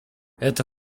эта